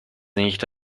nicht